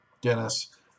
Dennis